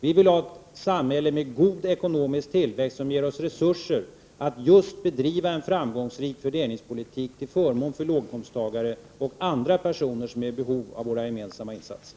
Vi vill ha ett samhälle med god ekonomisk tillväxt som ger oss resurser att just bedriva en framgångsrik fördelningspolitik till förmån för låginkomsttagare och andra personer som är i behov av våra gemensamma insatser.